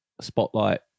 spotlight